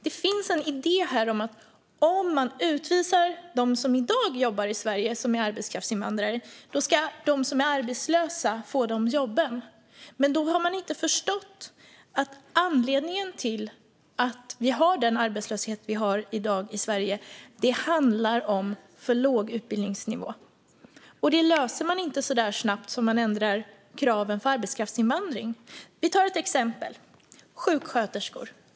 Det finns en idé om att om man utvisar de arbetskraftsinvandrare som i dag jobbar i Sverige får de arbetslösa de jobben. Man har inte förstått att anledningen till att vi har den arbetslöshet vi har i dag i Sverige är en alltför låg utbildningsnivå. Det löser man inte snabbt genom att ändra kraven för arbetskraftsinvandring. Vi tar ett exempel: sjuksköterskor.